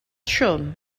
trwm